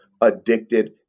addicted